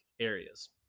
areas